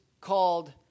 called